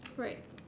right